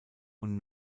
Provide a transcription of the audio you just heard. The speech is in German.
und